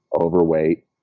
overweight